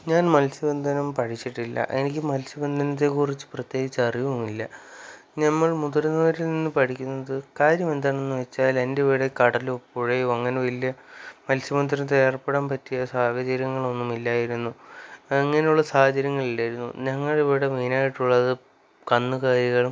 ഞാൻ മത്സ്യബന്ധനം പഠിച്ചിട്ടില്ല എനിക്ക് മത്സ്യബന്ധനത്തെക്കുറിച്ച് പ്രത്യേകിച്ച് അറിവുമില്ല നമ്മൾ മുതിർന്നവരിൽ നിന്ന് പഠിക്കുന്നത് കാര്യമെന്താണെന്നുവെച്ചാൽ എൻ്റെ ഇവിടെ കടലോ പുഴയോ അങ്ങനെ വലിയ മത്സ്യബന്ധനത്തില് ഏർപ്പെടാൻ പറ്റിയ സാഹചര്യങ്ങളൊന്നുമില്ലായിരുന്നു അങ്ങനെയുള്ള സാഹചര്യങ്ങളില്ലായിരുന്നു ഞങ്ങളിവിടെ മെയിനായിട്ടുള്ളത് കന്നുകാലികളും